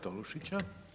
Tolušića.